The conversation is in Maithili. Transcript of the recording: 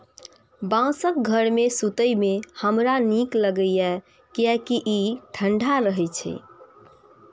बांसक घर मे सुतै मे हमरा नीक लागैए, कियैकि ई ठंढा रहै छै